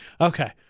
Okay